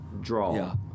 draw